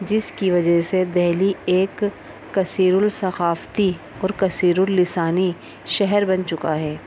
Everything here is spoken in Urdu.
جس کی وجہ سے دہلی ایک کثیر الثقافتی اور کثیراللسانی شہر بن چکا ہے